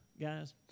guys